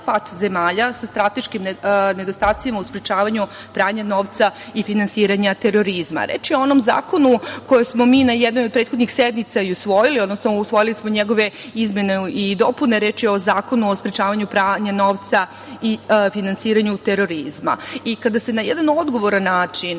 FATS zemalja sa strateškim nedostacima u sprečavanju pranja novca i finansiranja terorizma. Reč je o onom zakonu, koji smo mi na jednoj od prethodnih sednica i usvojili, odnosno usvojili smo njegove izmene i dopune, reč je o Zakonu o sprečavanju pranja novca i finansiranju terorizma. I, kada na jedan odgovoran način